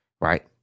Right